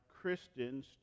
Christians